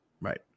right